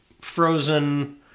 frozen